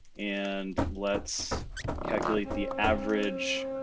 and let's calculate the average